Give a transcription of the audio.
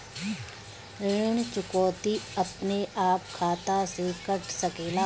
ऋण चुकौती अपने आप खाता से कट सकेला?